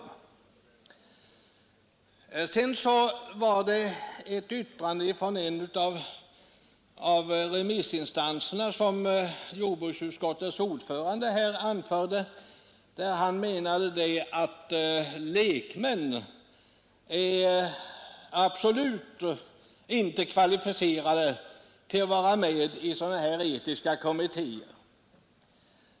Utskottets ordförande hänvisade till ett yttrande från en av remissinstanserna och menade att lekmän absolut inte är kvalificerade att vara med i sådana här etiska kommittéer.